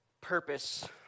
purpose